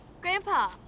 Grandpa